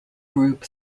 group